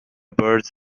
birds